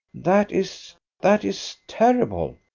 that is that is terrible.